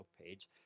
page